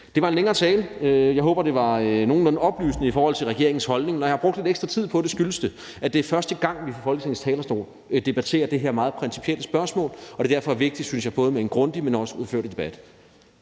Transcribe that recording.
Det var en længere tale. Jeg håber, det var nogenlunde oplysende i forhold til regeringens holdning. Når jeg har brugt lidt ekstra tid på det, skyldes det, at det er første gang, vi fra Folketingets talerstol debatterer det her meget principielle spørgsmål, og det er derfor vigtigt, synes jeg, både med en grundig, men også udførlig debat.